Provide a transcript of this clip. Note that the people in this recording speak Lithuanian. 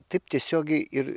taip tiesiogiai ir